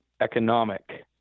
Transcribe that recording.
economic